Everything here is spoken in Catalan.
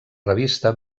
revista